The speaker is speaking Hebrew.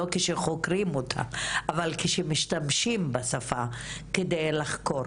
לא כשחוקרים אותה אלא כשמשתמשים בשפה כדי לחקור.